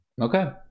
Okay